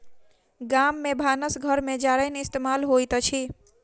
गाम में भानस घर में जारैन इस्तेमाल होइत अछि